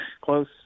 close